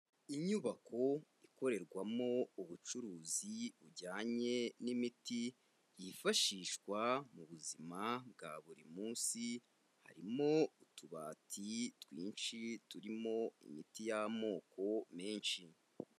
Inyubako ikorerwamo ubucuruzi bujyanye n'imiti yifashishwa mu buzima bwa buri munsi, harimo utubati twinshi turimo imiti y'amoko menshi.